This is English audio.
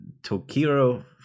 Tokiro